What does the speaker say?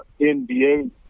NBA